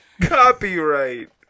Copyright